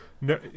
no